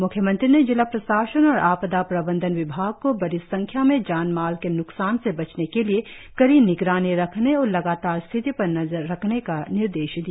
म्ख्यमंत्री ने जिला प्रशासन और आपदा प्रबंधन विभाग को बड़ी संख्या में जान माल के न्कसान से बचने के लिए कड़ी निगरानी रखने और लगातार स्थिति पर नजर रखने का निर्देश दिया